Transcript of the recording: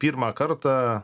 pirmą kartą